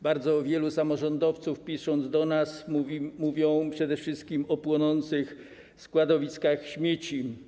Bardzo wielu samorządowców, pisząc do nas, mówi przede wszystkim o płonących składowiskach śmieci.